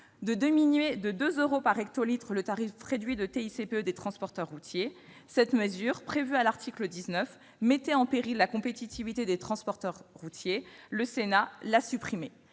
de diminuer de 2 euros par hectolitre le tarif réduit de TICPE des transporteurs routiers. Cette mesure, prévue à l'article 19, mettant en péril la compétitivité des transporteurs français, ...